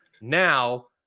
Now